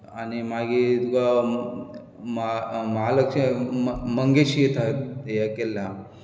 आनी मागीर तुका महालक्ष्मी मंगेशी हें केल्लें आहा